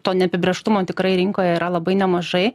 to neapibrėžtumo tikrai rinkoje yra labai nemažai